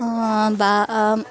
বা